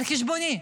על חשבוני,